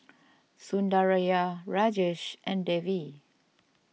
Sundaraiah Rajesh and Devi